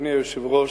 אדוני היושב-ראש,